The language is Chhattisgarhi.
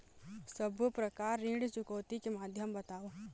सब्बो प्रकार ऋण चुकौती के माध्यम बताव?